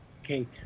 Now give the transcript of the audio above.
okay